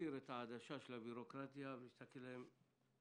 העדשה של הבירוקרטיה ולהסתכל עליהם